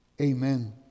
amen